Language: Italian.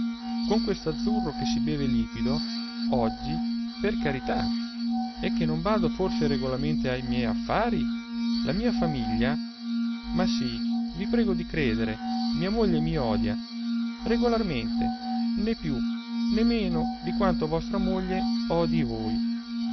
doveri con quest'azzurro che si beve liquido oggi per carità e che non bado forse regolarmente ai miei affari la mia famiglia ma sì vi prego di credere mia moglie mi odia regolarmente e né più né meno di quanto vostra moglie odii voi